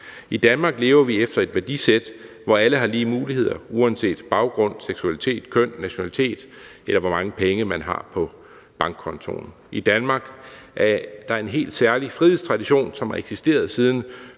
I Danmark lever vi efter et værdisæt, hvor alle har lige muligheder uanset baggrund, seksualitet, køn, nationalitet, eller hvor mange penge man har på bankkontoen. I Danmark er der en helt særlig frihedstradition, som har eksisteret siden